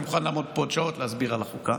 אני מוכן לעמוד פה שעות להסביר על החוקה,